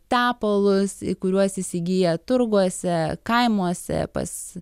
tepalus kuriuos įsigyja turguose kaimuose pas